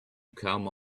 come